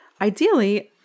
ideally